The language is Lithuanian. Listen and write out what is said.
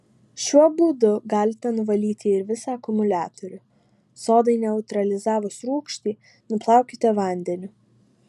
šiuo būdu galite nuvalyti ir visą akumuliatorių sodai neutralizavus rūgštį nuplaukite vandeniu